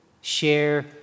share